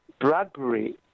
Bradbury